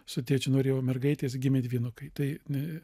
su tėčiu norėjo mergaitės gimė dvynukai tai ne